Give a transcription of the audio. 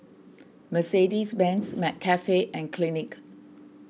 Mercedes Benz McCafe and Clinique